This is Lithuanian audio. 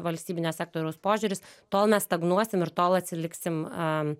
valstybinio sektoriaus požiūris tol mes stagnuosim ir tol atsiliksim am